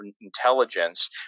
intelligence